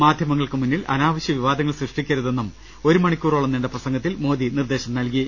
മാധ്യമങ്ങൾക്ക് മുന്നിൽ അനാവശ്യ വിവാദങ്ങൾ സൃഷ്ടിക്കരുതെന്നും ഒരു മണി ക്കൂറോളം നീണ്ട പ്രസംഗത്തിൽ മോദി നിർദ്ദേശം നൽകി